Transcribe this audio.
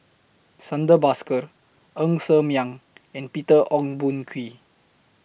Santha Bhaskar Ng Ser Miang and Peter Ong Boon Kwee